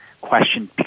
question